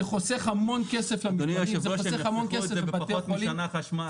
זה חוסך המון כסף לבתי החולים,